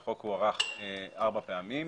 החוק הוארך ארבע פעמים.